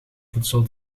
voedsel